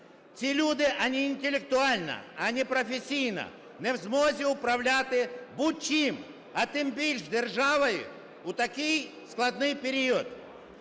Ці люди ані інтелектуально, ані професійно не в змозі управляти будь-чим, а тим більше державою у такий складний період.